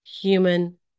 human